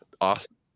Awesome